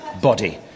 body